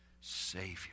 Savior